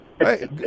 Hey